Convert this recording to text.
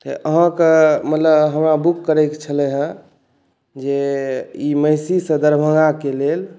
अहाँके मतलब हमरा बुक करैके छलै हँ जे ई महिषीसँ दरभङ्गाके लेल